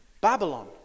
Babylon